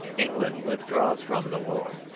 england withdraws from the war.